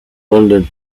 london